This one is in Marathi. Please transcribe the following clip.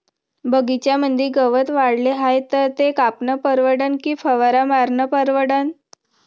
बगीच्यामंदी गवत वाढले हाये तर ते कापनं परवडन की फवारा मारनं परवडन?